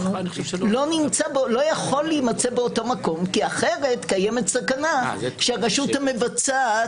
לא יכול להימצא באותו מקום כי אחרת קיימת סכנה שהרשות המבצעת